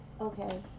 Okay